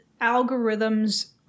algorithms